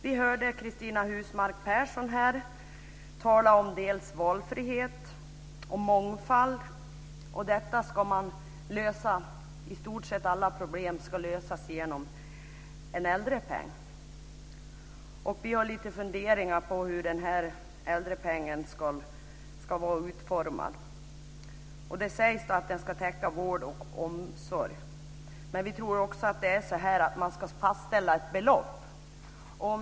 Vi hörde Cristina Husmark Pehrsson tala om valfrihet och mångfald. I stort sett alla problem ska lösas genom en äldrepeng. Vi har lite funderingar kring hur denna äldrepeng ska vara utformad. Det sägs att den ska täcka vård och omsorg. Man ska fastställa ett belopp.